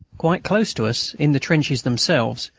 quite close to us, in the trenches themselves,